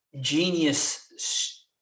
genius